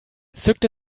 zückte